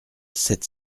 sept